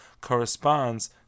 corresponds